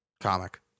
comic